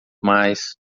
mais